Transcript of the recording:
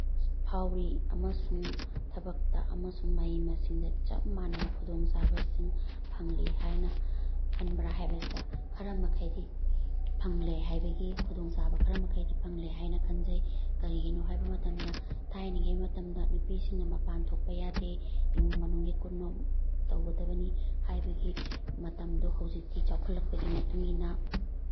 ꯐꯥꯎꯔꯤ ꯑꯃꯁꯨꯡ ꯊꯕꯛꯇ ꯑꯃꯁꯨꯡ ꯃꯍꯩ ꯃꯁꯤꯡꯗ ꯆꯞ ꯃꯥꯟꯅꯕ ꯈꯨꯗꯣꯡ ꯆꯥꯕꯁꯤꯡ ꯐꯪꯂꯤ ꯍꯥꯏꯅ ꯈꯟꯕ꯭ꯔꯥ ꯍꯥꯏꯕꯁꯤꯗ ꯈꯔ ꯃꯈꯩꯗꯤ ꯐꯪꯂꯦ ꯍꯥꯏꯕꯒꯤ ꯈꯨꯗꯣꯡ ꯆꯥꯕ ꯈꯔ ꯃꯈꯩꯗꯤ ꯐꯪꯂꯦ ꯍꯥꯏꯅ ꯈꯟꯖꯩ ꯀꯔꯤꯒꯤꯅꯣ ꯍꯥꯏꯕ ꯃꯇꯝꯗ ꯊꯥꯏꯅꯉꯩ ꯃꯇꯝꯗ ꯅꯨꯄꯤꯁꯤꯡꯅ ꯃꯄꯥꯟ ꯊꯣꯛꯄ ꯌꯥꯗꯦ ꯏꯃꯨꯡ ꯃꯅꯨꯡꯒꯤ ꯀꯨꯞꯅꯣꯝ ꯇꯧꯒꯗꯕꯅꯤ ꯍꯥꯏꯕꯒꯤ ꯃꯇꯝꯗꯣ ꯍꯧꯖꯤꯛꯇꯤ ꯆꯥꯎꯈꯠꯂꯛꯄꯒꯤ ꯃꯇꯨꯡ ꯏꯟꯅ